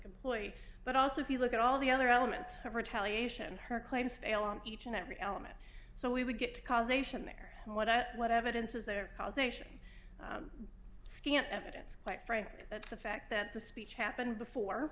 employee but also if you look at all the other elements of retaliation her claims fail on each and every element so we would get causation there and what i what evidence is there causation scant evidence quite frankly that's the fact that the speech happened before